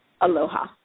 Aloha